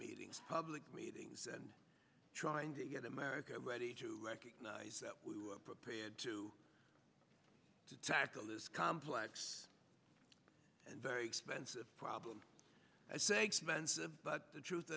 meetings public meetings and trying to get america ready to recognize that we were prepared to tackle this complex and very expensive problem i say expensive but the truth